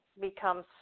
becomes